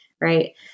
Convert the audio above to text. Right